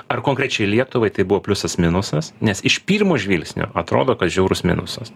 ar konkrečiai lietuvai tai buvo pliusas minusas nes iš pirmo žvilgsnio atrodo kad žiaurus minusas